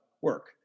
work